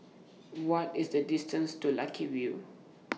What IS The distance to Lucky View